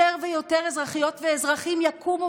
יותר ויותר אזרחיות ואזרחים יקומו